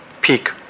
peak